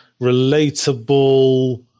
relatable